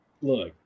look